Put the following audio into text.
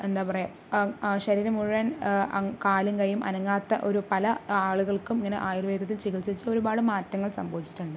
എന്താ പറയുക ശരീരം മുഴുവൻ കാലും കൈയും അനങ്ങാത്ത ഒരു പല ആളുകൾക്കും ഇങ്ങനെ ആയുർവേദത്തിൽ ചികിത്സിച്ച് ഒരുപാട് മാറ്റങ്ങൾ സംഭവിച്ചിട്ടുണ്ട്